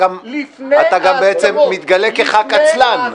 לפני ההסכמות- - אז אתה גם בעצם מתגלה כחבר כנסת עצלן.